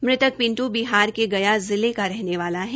मृतक पिंटु बिहार के गया जिले का रहने वाला है